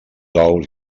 ous